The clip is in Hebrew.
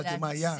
שאלתי מה היה.